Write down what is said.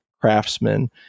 craftsmen